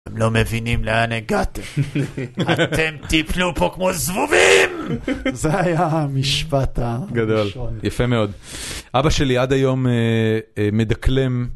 הם לא מבינים לאן הגעתם, אתם תיפלו פה כמו זבובים. זה היה המשפט הראשון. גדול, יפה מאוד, אבא שלי עד היום מדקלם.